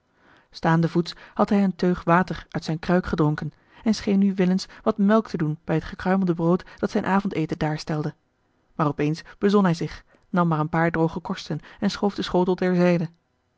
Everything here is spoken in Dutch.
staandevoets had hij eene teug water uit zijne kruik gedronken en scheen nu willens wat melk te doen bij het gekruimelde brood dat zijn avondeten daarstelde maar op eens bezon hij zich nam maar een paar droge korsten en schoof den schotel